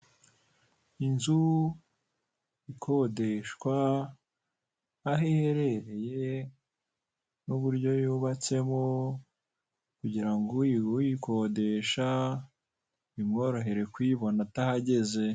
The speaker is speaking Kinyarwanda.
Inzu ikodeshwa, aho iherereye n'uburyo yubatsemo kugira ngo uyikodesha bimworohere kuyibona atahageze.